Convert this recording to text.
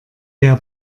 der